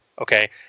Okay